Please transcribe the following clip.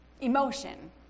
Emotion